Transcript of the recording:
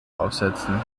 aufsetzen